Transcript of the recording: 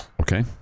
Okay